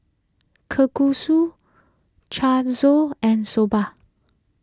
Kalguksu and Soba